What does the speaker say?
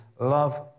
love